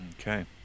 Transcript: Okay